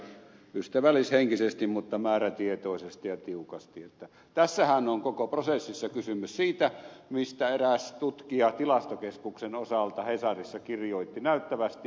kaunistolle totean ystävällishenkisesti mutta määrätietoisesti ja tiukasti että tässähän on koko prosessissa kysymys siitä mistä eräs tutkija tilastokeskuksen osalta hesarissa kirjoitti näyttävästi